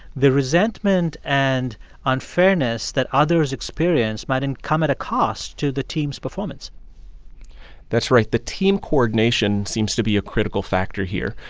the resentment and unfairness that others experience might and come at a cost to the team's performance that's right. the team coordination seems to be a critical factor here.